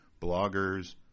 bloggers